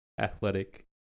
athletic